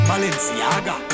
Balenciaga